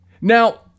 Now